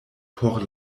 por